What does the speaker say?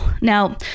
Now